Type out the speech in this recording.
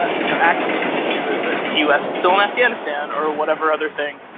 you know, actually, the issue is that the u s. is still in afghanistan or whatever other thing,